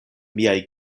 miaj